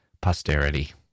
Posterity